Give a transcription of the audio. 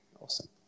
Awesome